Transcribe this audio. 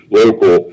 local